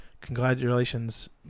congratulations